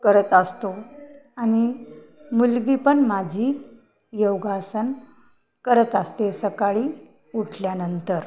करत असतो आणि मुलगी पण माझी योगासन करत असते सकाळी उठल्यानंतर